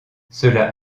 cela